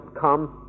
come